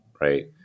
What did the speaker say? right